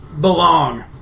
belong